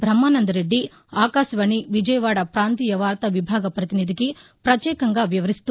బహ్మానందరెడ్డి ఆకాశవాణి విజయవాడ పాంతీయ వార్తా విభాగ పతినిధికి పత్యేకంగా వివరిస్తూ